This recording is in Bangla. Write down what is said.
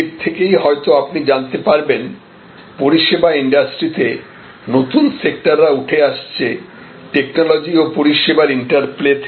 এর থেকেই হয়তো আপনি জানতে পারবেন পরিষেবা ইন্ডাস্ট্রিতে নতুন সেক্টররা উঠে আসছে টেকনোলজি ও পরিষেবার ইন্টারপ্লে থেকে